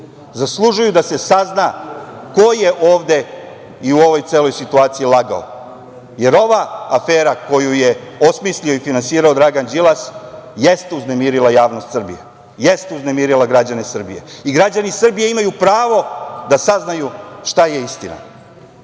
zaslužuju da se sazna ko je ovde i u ovoj celoj situaciji lagao, jer ova afera koju je osmislio i finansirao Dragan Đilas jeste uznemirila javnost Srbije, jeste uznemirila građane Srbije. Građani Srbije imaju pravo da saznaju šta je istina,